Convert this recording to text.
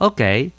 Okay